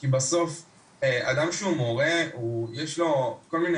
כי בסוף אדם שהוא מורה יש לו כל מיני